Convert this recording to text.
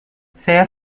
saya